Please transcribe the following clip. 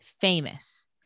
famous